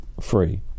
free